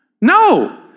No